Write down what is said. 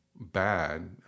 bad